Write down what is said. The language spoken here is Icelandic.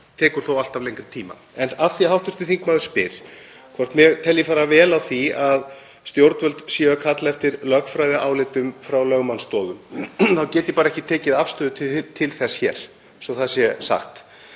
þarf alltaf lengri tíma. En af því að hv. þingmaður spyr hvort ég telji fara vel á því að stjórnvöld kalli eftir lögfræðiálitum frá lögmannsstofu þá get ég ekki tekið afstöðu til þess hér, svo að það sé sagt.